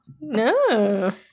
No